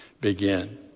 begin